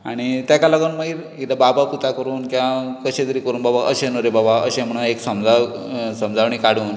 आनी ताका लागून मागीर एकदां बाबा पुता करून किवां कशें तरी करून अशें न्हय रे बाबा अशें म्हूण अशी समजा समजावणी काडून